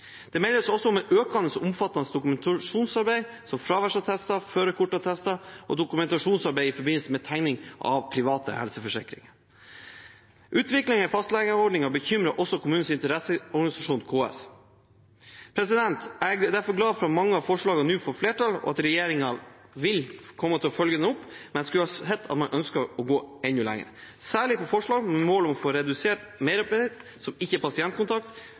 Det meldes også om et økende og omfattende dokumentasjonsarbeid, som fraværsattester, førerkortattester og dokumentasjonsarbeid i forbindelse med tegning av private helseforsikringer. Utviklingen i fastlegeordningen bekymrer også kommunenes interesseorganisasjon, KS. Jeg er derfor glad for at mange av forslagene nå får flertall, og at regjeringen vil komme til å følge opp, men skulle gjerne sett at man ønsket å gå enda lenger, særlig med forslaget om målet om å få redusert merarbeid som ikke er pasientkontakt,